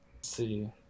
see